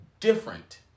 Different